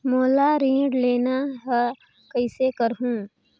मोला ऋण लेना ह, कइसे करहुँ?